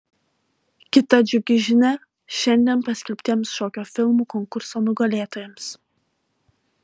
kita džiugi žinia šiandien paskelbtiems šokio filmų konkurso nugalėtojams